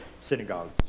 synagogues